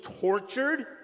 tortured